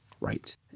Right